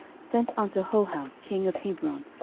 sent unto hoham king of hebron,